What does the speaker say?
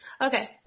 okay